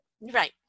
Right